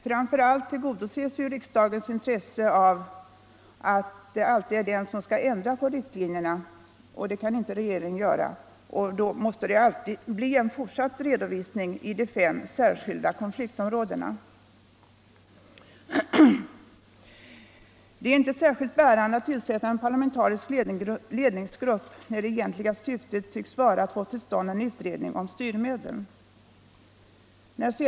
Framför allt tillgodoses ju riksdagens intresse av att det alltid är den som skall ändra på riktlinjerna — det kan inte regeringen göra — och att vi får en fortsatt redovisning i de fem särskilda konfliktområdena. Det är inte särskilt bärande att tillsätta en parlamentarisk ledningsgrupp när det egentliga syftet tycks vara att få till stånd en utredning om styrmedlen.